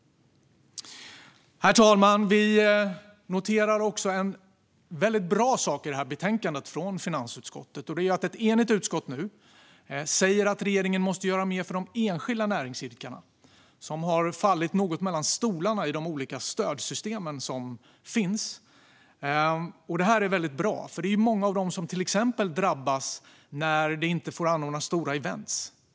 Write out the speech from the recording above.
Herr talman! Vi noterar en bra sak i betänkandet från finansutskottet, och det är att ett enigt utskott nu säger att regeringen måste göra mer för de enskilda näringsidkarna, som har fallit något mellan stolarna i de olika stödsystem som finns. Det är bra, för många av dem drabbas när det till exempel inte får anordnas stora event.